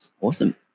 awesome